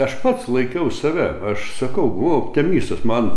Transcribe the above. aš pats laikiau save aš sakau buvau optimistas man